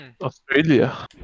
Australia